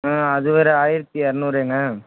அது ஒரு ஆயரத்து இரநூறுங்க